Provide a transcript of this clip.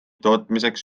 tootmiseks